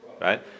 right